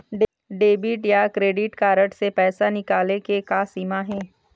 Debit या credit card से पैसा निकाले के का सीमा हे?